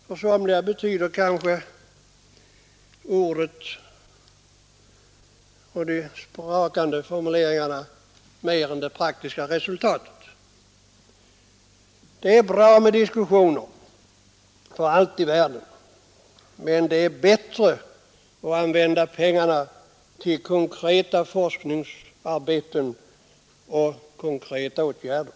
För somliga betyder kanske orden och de sprakande formuleringarna mer än det praktiska resultatet. Det är för allt i världen bra med diskussioner, men det är bättre att använda pengarna till konkreta forskningsarbeten och konkreta åtgärder.